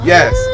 Yes